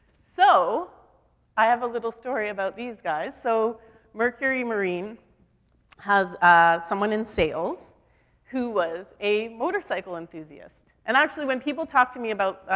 so i have a little story about these guys. so mercury marine has, ah, someone in sales who was a motorcycle enthusiast. and actually, when people talk to me, about,